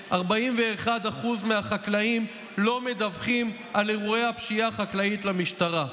וכ-41% מהחקלאים לא מדווחים על אירועי הפשיעה החקלאית למשטרה.